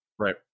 Right